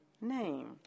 name